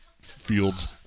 Fields